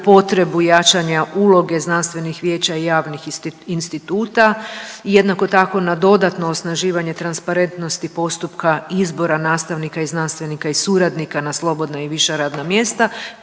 na potrebu jačanja uloge znanstvenih vijeća i javnih instituta. Jednako tako, na dodatno osnaživanje transparentnosti postupka izbora nastavnika i znanstvenika i suradnika na slobodna i viša radna mjesta,